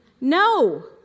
No